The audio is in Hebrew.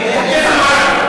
כמו כל, לא, לא.